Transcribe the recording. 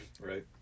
right